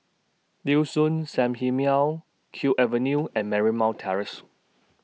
Liuxun Sanhemiao Kew Avenue and Marymount Terrace